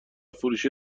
فروشی